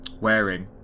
wearing